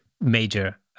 major